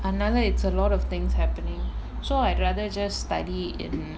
another it's a lot of things happening so I'd rather just study in